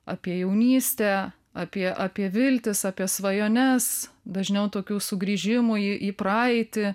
apie jaunystę apie apie viltis apie svajones dažniau tokių sugrįžimų į į praeitį